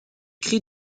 cris